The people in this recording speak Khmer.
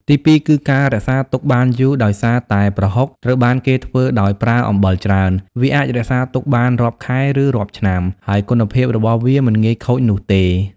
ទីពីរ គឺ ការរក្សាទុកបានយូរ ដោយសារតែប្រហុកត្រូវបានគេធ្វើដោយប្រើអំបិលច្រើន វាអាចរក្សាទុកបានរាប់ខែ ឬរាប់ឆ្នាំ ហើយគុណភាពរបស់វាមិនងាយខូចនោះទេ។។